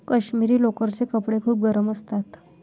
काश्मिरी लोकरचे कपडे खूप गरम असतात